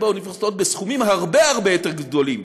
באוניברסיטאות בסכומים הרבה הרבה יותר גדולים,